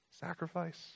sacrifice